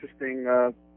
interesting